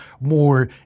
more